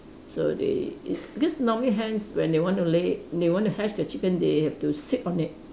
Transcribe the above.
so they it because normally hens when they want to lay egg they want to hatch the chicken they have to sit on it